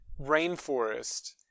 rainforest